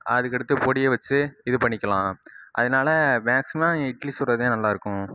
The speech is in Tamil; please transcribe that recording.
அதுக்கடுத்து பொடியை வச்சு இது பண்ணிக்கலாம் அதனால மேக்சிமம் இட்லி சுடறதுதான் நல்லா இருக்கும்